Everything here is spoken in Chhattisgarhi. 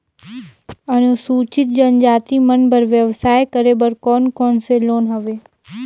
अनुसूचित जनजाति मन बर व्यवसाय करे बर कौन कौन से लोन हवे?